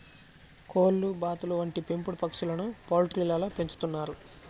కోళ్లు, బాతులు వంటి పెంపుడు పక్షులను పౌల్ట్రీలలో పెంచుతున్నారు